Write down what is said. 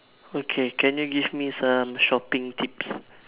okay can you give me some shopping tips